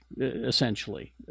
essentially